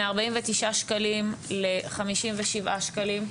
מארבעים ותשעה שקלים לחמישים ושבעה שקלים.